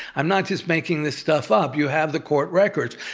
i'm not just making this stuff up. you have the court records.